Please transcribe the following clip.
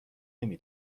نمی